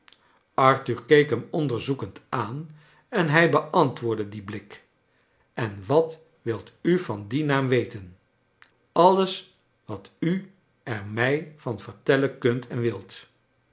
arthur keek hem onderzoekend aan en hij beantwoordde dien blik en wat wi it u van dien naam weten alles wat u er mij van vertellen kunt en wilt